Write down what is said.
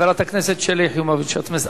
חברת הכנסת שלי יחימוביץ,